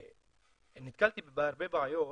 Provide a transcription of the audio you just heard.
נתקלתי בהרבה בעיות,